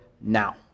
now